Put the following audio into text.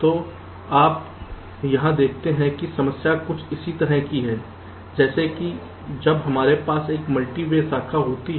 तो आप यहां देखते हैं कि समस्या कुछ इसी तरह की है जैसे कि जब हमारे पास एक मल्टी वे शाखा होती है